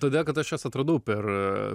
todėl kad aš juos atradau per